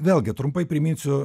vėlgi trumpai priminsiu